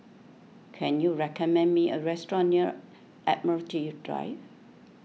can you recommend me a restaurant near Admiralty Drive